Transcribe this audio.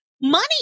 money